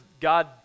God